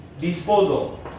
disposal